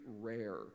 rare